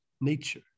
nature